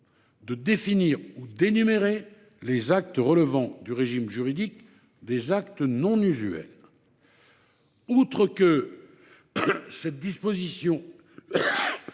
de définir ou d'énumérer les actes relevant du régime juridique des actes non usuels. Outre que cette disposition